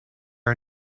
are